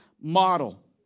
model